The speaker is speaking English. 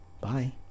Bye